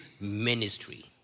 ministry